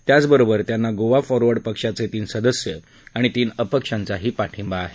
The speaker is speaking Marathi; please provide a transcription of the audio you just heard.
त्याचबरोबर त्यांना गोवा फॉरवर्ड पक्षाचे तीन सदस्य आणि तीन अपक्षांचा पाठिंबा आहे